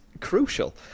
crucial